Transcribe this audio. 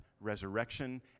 resurrection